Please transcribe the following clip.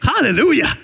Hallelujah